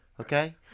Okay